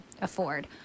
afford